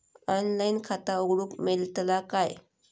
Online खाता उघडूक मेलतला काय?